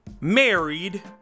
married